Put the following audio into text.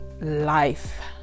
life